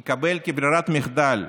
הוא יקבל, כברירת מחדל,